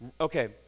okay